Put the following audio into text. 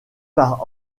par